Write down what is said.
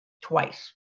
twice